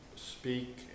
speak